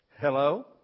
Hello